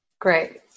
great